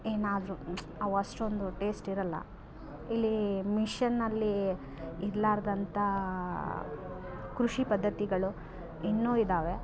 ಏನಾದರು ಅವ ಅಷ್ಟೊಂದು ಟೇಸ್ಟ್ ಇರಲ್ಲ ಇಲ್ಲಿ ಮಿಷನಲ್ಲಿ ಇರ್ಲಾರ್ದಂಥ ಕೃಷಿ ಪದ್ಧತಿಗಳು ಇನ್ನುಇದಾವೆ